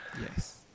Yes